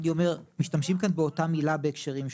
אני אומר שמשתמשים כאן באותה מילה בהקשרים שונים.